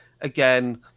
again